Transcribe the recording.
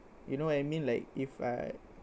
you know what I mean like if I